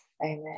Amen